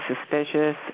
suspicious